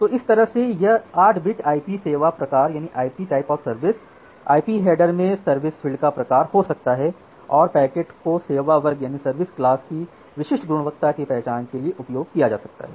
तो इस तरह से यह 8 बिट आईपी सेवा प्रकार आईपी हेडर में सर्विस फील्ड का प्रकार हो सकता है और पैकेट को सेवा वर्ग की विशिष्ट गुणवत्ता की पहचान करने के लिए उपयोग किया जा सकता है